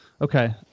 Okay